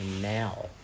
now